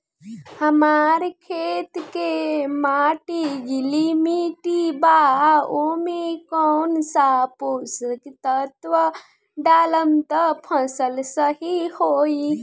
हमार खेत के माटी गीली मिट्टी बा ओमे कौन सा पोशक तत्व डालम त फसल सही होई?